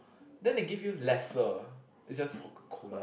then they give you lesser it's just